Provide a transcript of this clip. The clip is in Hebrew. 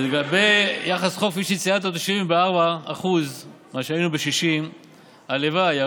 לגבי יחס חוב תוצר, שזה 74% היינו ב-60%; הלוואי.